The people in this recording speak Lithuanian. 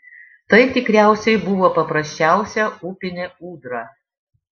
tai tikriausiai buvo paprasčiausia upinė ūdra